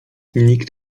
nikt